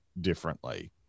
differently